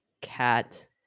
cat